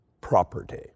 property